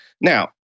Now